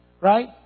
Right